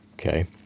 okay